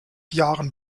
jahren